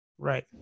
Right